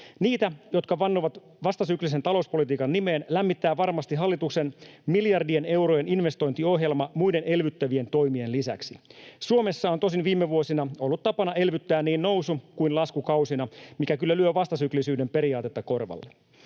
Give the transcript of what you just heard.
Niitä, jotka vannovat vastasyklisen talouspolitiikan nimeen, lämmittää varmasti hallituksen miljardien eurojen investointiohjelma muiden elvyttävien toimien lisäksi. Suomessa on tosin viime vuosina ollut tapana elvyttää niin nousu‑ kuin laskukausina, mikä kyllä lyö vastasyklisyyden periaatetta korvalle.